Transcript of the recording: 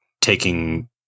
taking